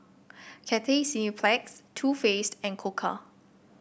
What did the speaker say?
Cathay Cineplex Too Faced and Koka